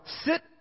sit